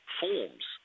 forms